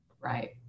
Right